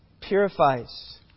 purifies